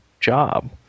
job